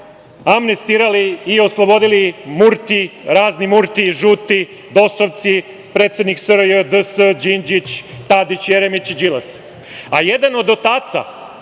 amnestirali i oslobodili razni Murti i žuti DOS-ovci, predsednik SRJ, DS, Đinđić, Tadić, Jeremić i Đilas. Jedan od otaca